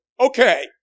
okay